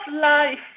Life